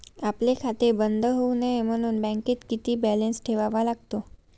आपले खाते बंद होऊ नये म्हणून बँकेत किती बॅलन्स ठेवावा लागतो?